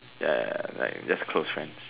ya ya ya like just close friend